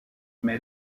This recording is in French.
mais